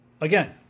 Again